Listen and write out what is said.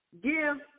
Give